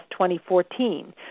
2014